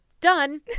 done